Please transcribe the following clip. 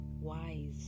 wise